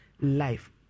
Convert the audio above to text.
life